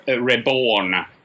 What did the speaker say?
reborn